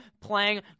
playing